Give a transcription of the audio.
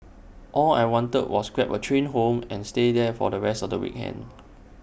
all I wanted to do was grab A train home and stay there for the rest of the weekend